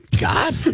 God